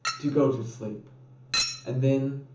to go to sleep and then,